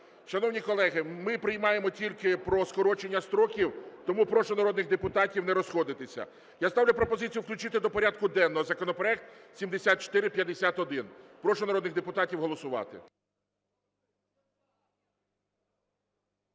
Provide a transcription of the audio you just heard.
Шановні колеги, ми приймаємо тільки про скорочення строків, тому прошу народних депутатів не розходитися. Я ставлю пропозицію включити до порядку денного законопроект 7451. Прошу народних депутатів голосувати.